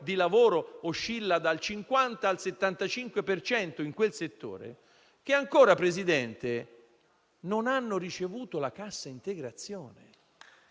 di lavoro oscilla dal 50 al 75 per cento in quel settore), i quali ancora non hanno ricevuto la cassa integrazione.